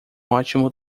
ótimo